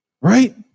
Right